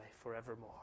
forevermore